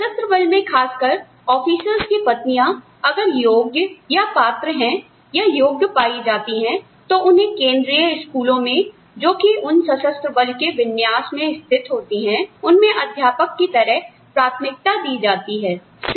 सशस्त्र बल में खासकर ऑफिसर्स की पत्नियाँ अगर योग्यपात्र हैं या योग्य पाई जाती हैं तो उन्हें केंद्रीय स्कूलों में जो कि उन सशस्त्र बल के विन्यास में स्थित होती हैं उनमें अध्यापक की तरह प्राथमिकता दी जाती हैं